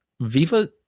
Viva